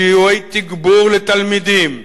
שיעורי תגבור לתלמידים,